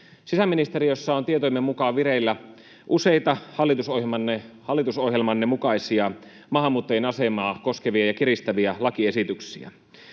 Sisäministeriössä on tietojemme mukaan vireillä useita hallitusohjelmanne mukaisia, maahanmuuttajien asemaa koskevia ja kiristäviä lakiesityksiä.